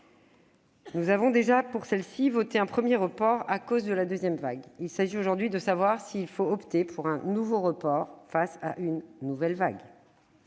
nous avons déjà voté un premier report à cause de la deuxième vague. Il s'agit, aujourd'hui, de savoir s'il faut opter pour un nouveau report face à une nouvelle vague.